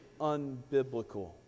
unbiblical